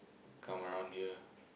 come around here